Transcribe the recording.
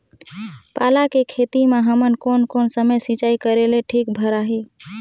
पाला के खेती मां हमन कोन कोन समय सिंचाई करेले ठीक भराही?